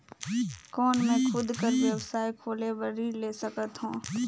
कौन मैं खुद कर व्यवसाय खोले बर ऋण ले सकत हो?